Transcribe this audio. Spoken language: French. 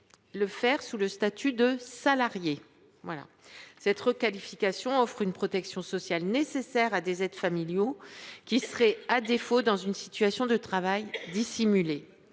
le faire sous le statut de salarié. Cette requalification offre une protection sociale nécessaire à des aides familiaux qui se trouveraient, sans cela, dans une situation de travail dissimulé.